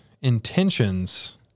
intentions